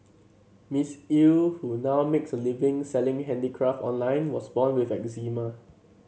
Miss Eu who now makes a living selling handicraft online was born with eczema